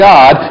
God